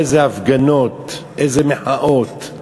איזה הפגנות, איזה מחאות.